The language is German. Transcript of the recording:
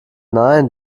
nein